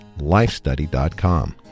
lifestudy.com